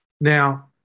Now